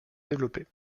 développer